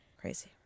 Crazy